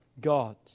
God